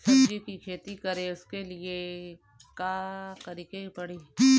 सब्जी की खेती करें उसके लिए का करिके पड़ी?